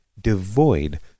devoid